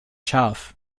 scharf